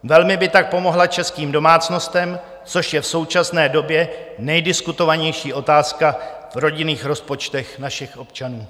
Velmi by tak pomohla českým domácnostem, což je v současné době nejdiskutovanější otázka v rodinných rozpočtech našich občanů.